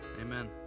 Amen